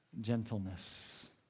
gentleness